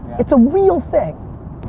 it's a real thing.